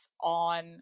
on